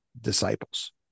disciples